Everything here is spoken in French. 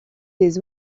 des